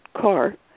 car